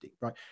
right